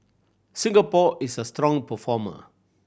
Singapore is a strong performer